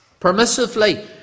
Permissively